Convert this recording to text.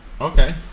okay